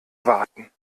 warten